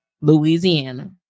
Louisiana